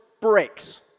breaks